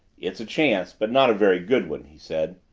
it's a chance, but not a very good one, he said.